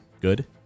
good